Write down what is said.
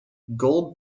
gold